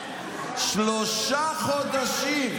שלושה חודשים.